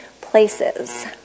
places